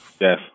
yes